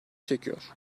çekiyor